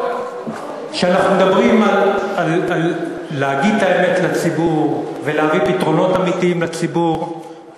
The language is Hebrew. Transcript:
כשאנחנו מדברים על להגיד את האמת לציבור ולהביא פתרונות אמיתיים לציבור,